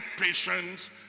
patience